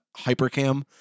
Hypercam